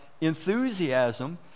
enthusiasm